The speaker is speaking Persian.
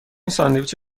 ساندویچ